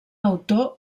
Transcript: autor